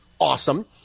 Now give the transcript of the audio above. awesome